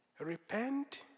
Repent